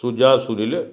Suja Sujil